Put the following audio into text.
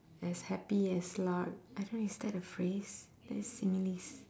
as happy as lark I don't is that a phrase that is similes